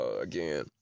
again